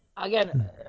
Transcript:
again